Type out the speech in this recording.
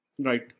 Right